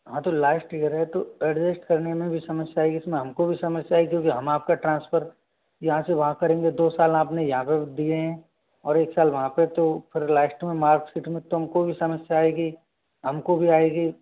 हाँ तो last year है तो एडजस्ट करने में भी समस्या आएँगी इसमें हम को भी समस्या आएँगी क्योंकि हम आपका ट्रान्सफर यहाँ से वहाँ करेंगे दो साल अपने यहाँ पर दिए हैं और एक साल वहाँ पे तो फिर लास्ट में मार्कशीट में तुमको भी समस्या आएँगी हम को भी आएँगी